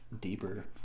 deeper